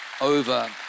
over